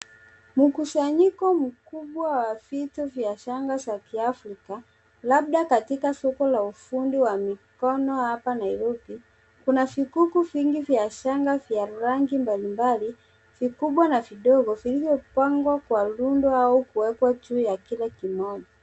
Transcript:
Mkusanyiko mkubwa vitu vya shanga vya kiafrika labda katika soko ya ufundi wa mikono hapa Nairobi. Kuna vikuku vingi vya shanga vya rangi mbalimbali vikubwa na vidogo vilivyopangwa kwa rundo au kuwekwa juu ya kitu.